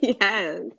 yes